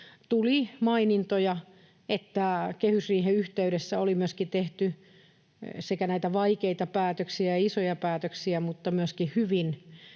tuli mainintoja, että kehysriihen yhteydessä oli tehty sekä näitä vaikeita ja isoja päätöksiä että myöskin hyvin